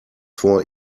vor